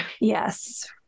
Yes